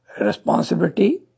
responsibility